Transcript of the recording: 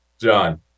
John